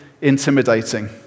intimidating